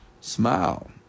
Smile